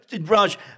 Raj